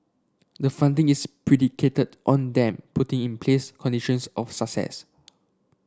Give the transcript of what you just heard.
the funding is predicated on them putting in place conditions of